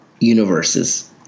universes